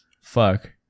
Fuck